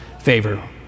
favor